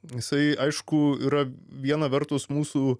jisai aišku yra viena vertus mūsų